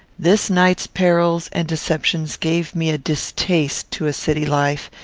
this night's perils and deceptions gave me a distaste to a city life,